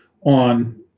on